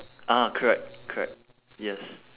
ah correct correct yes